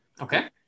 Okay